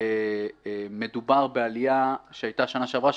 מדובר בעלייה שהיתה בשנה שעברה,